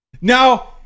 Now